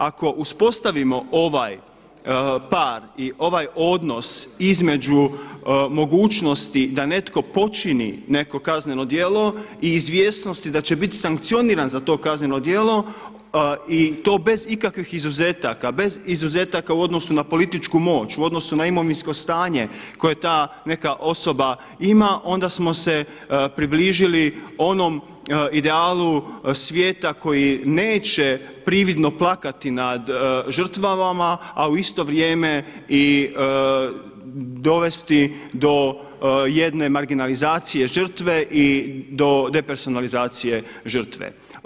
Ako uspostavimo ovaj par i ovaj odnos između mogućnosti da neko počini neko kazneno djelo i izvjesnosti da će biti sankcioniran za to kazneno djelo i to bez ikakvih izuzetaka, bez izuzetaka u odnosu na političku moć u odnosu na imovinsko stanje koje ta neka osoba ima, onda smo se približili onom idealu svijeta koji neće prividno plakati nad žrtvama, a u isto vrijeme i dovesti do jedne marginalizacije žrtve i do depersonalizacije žrtve.